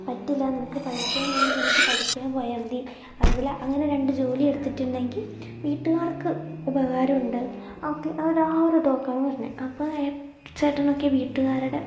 പറ്റില്ല നിനക്ക് പഠിക്കാൻ പോകുന്ന സമയത്ത് പഠിക്കാൻ പോയാഎൽ മതി അതേപോലെ അങ്ങനെ രണ്ട് ജോലിയെടുത്തിട്ടുണ്ടെങ്കിൽ വീട്ടുകാർക്ക് ഉപകാരം ഉണ്ട് ഒക്കെ അങ്ങനെ ആ ഒരു ടോക്കാണ് വരുന്നത് അപ്പോൾ ചേട്ടനൊക്കെ വീട്ടുകാരുടെ